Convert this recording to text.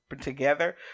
together